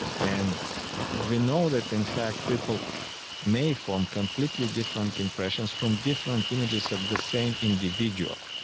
and we know that in fact people may form completely different impressions from different images of the same individual.